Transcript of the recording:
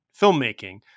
filmmaking